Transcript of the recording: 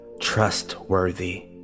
trustworthy